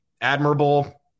Admirable